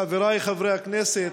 חבריי חברי הכנסת,